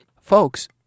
Folks